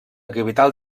capital